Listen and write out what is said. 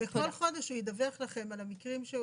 בכל חודש הוא ידווח לכם על המקרים.